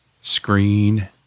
screen